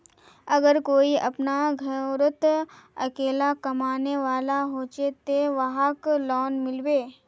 अगर कोई अपना घोरोत अकेला कमाने वाला होचे ते वहाक लोन मिलबे?